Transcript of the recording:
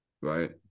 right